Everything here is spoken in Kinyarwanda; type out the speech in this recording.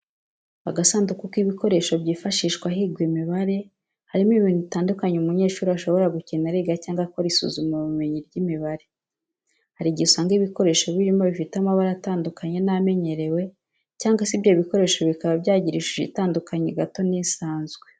Agasanduka k'ibikoresho byifashishwa higwa imibare karimo ibintu bitandukanye umunyeshuri ashobora gukenera yiga cyangwa akora isuzumabumenyi ry'imibare. Hari igihe usanga ibikoresho birimo bifite amabara atandukanye n'amenyerewe cyangwa se ibyo bikoresho bikaba byagira ishusho itandukanyeho gato n'isanzwe.